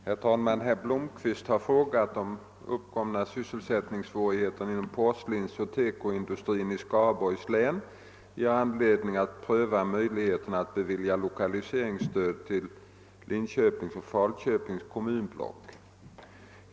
Herr talman! Herr Blomkvist har frågat om uppkomna sysselsättningssvårigheter inom Pporslinsoch TEKO-industrin i Skaraborgs län ger anledning att pröva möjligheterna att bevilja lokaliseringsstöd till Lidköpings och Falköpings kommunblock.